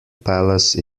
palace